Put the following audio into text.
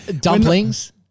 dumplings